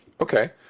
Okay